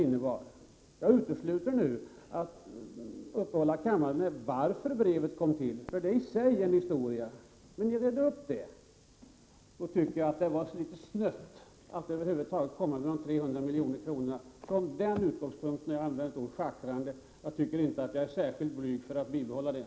Det har vi redan rett upp. När försvarsministern efter en så elegant politisk runda som brevet egentligen innebar tycker jag att det var litet snött att över huvud taget komma med de 300 miljonerna. Det är från den utgångspunkten jag har använt ordet schackrande, och jag är inte blyg för att vidhålla det.